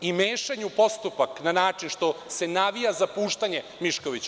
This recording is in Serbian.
I mešanje u postupak na način što se navija za puštanje Miškovića.